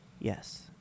Yes